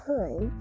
time